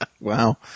Wow